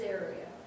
area